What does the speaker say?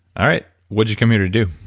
alright. what'd you come here to do?